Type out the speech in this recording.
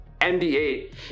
MD8